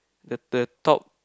the the top